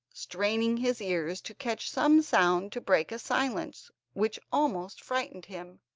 straining his ears to catch some sound to break a silence which almost frightened him.